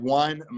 one